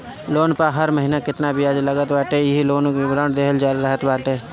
loan पअ हर महिना केतना बियाज लागत बाटे इहो लोन विवरण में देहल रहत बाटे